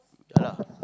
yeah lah